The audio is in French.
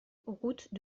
route